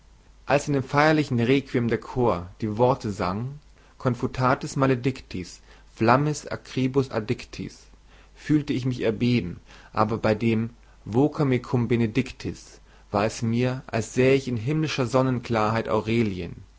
als in dem feierlichen requiem der chor die worte sang confutatis maledictis flammis acribus addictis fühlte ich mich erbeben aber bei dem voca me cum benedictis war es mir als sähe ich in himmlischer sonnenklarheit aurelien